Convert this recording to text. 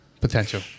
Potential